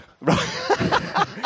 right